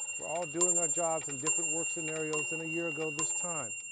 we're all doing our jobs and different work scenarios than a year ago this time.